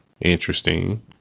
Interesting